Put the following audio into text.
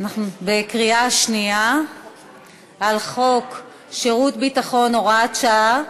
בקריאה שנייה על חוק שירות ביטחון (הוראת שעה)